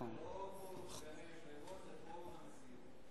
זה לא פורום סגני יושב-ראש, זה פורום הנשיאות.